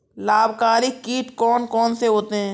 लाभकारी कीट कौन कौन से होते हैं?